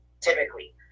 typically